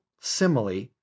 simile